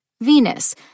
Venus